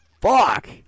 fuck